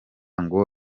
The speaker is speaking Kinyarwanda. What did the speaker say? ngo